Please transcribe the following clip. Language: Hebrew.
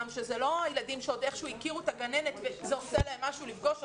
זה לא הילדים שעוד איכשהו הכירו את הגננת ועושה להם משהו לפגוש אותה.